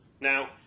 Now